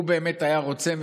הוא באמת היה רוצה?